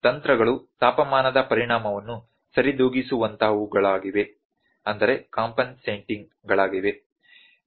ತಂತ್ರಗಳು ತಾಪಮಾನದ ಪರಿಣಾಮವನ್ನು ಸರಿದೂಗಿಸುವಂಥಹವುಗಳಾಗಿವೆ